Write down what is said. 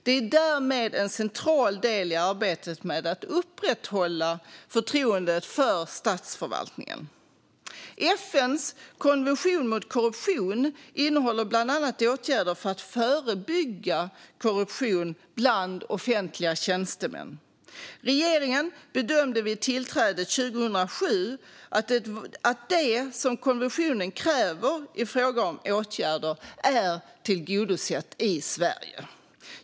Det är därmed en central del i arbetet med att upprätthålla förtroendet för statsförvaltningen. FN:s konvention mot korruption innehåller bland annat åtgärder för att förebygga korruption bland offentliga tjänstemän. Regeringen bedömde vid tillträdet 2007 att det som konventionen kräver i fråga om åtgärder är tillgodosett i Sverige.